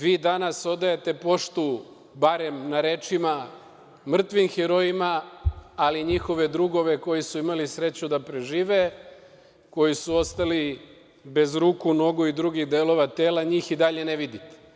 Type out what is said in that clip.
Vi danas odajete poštu, barem na rečima, mrtvim herojima, ali njihove drugove koji su imali sreću da prežive, koji su ostali bez ruku, nogu i drugih delova tela, njih i dalje ne vidite.